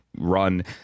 run